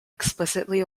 explicitly